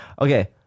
Okay